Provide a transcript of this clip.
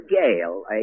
gale